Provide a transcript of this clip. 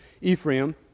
Ephraim